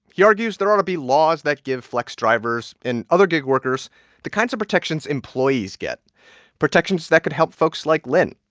he argues there ought to be laws that give flex drivers and other gig workers the kinds of protections employees get protections that could help folks like lynne.